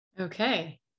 Okay